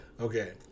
Okay